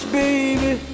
baby